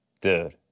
Dude